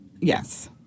Yes